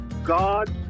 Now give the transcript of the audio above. God